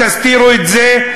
אל תסתירו את זה,